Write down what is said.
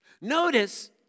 Notice